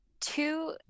two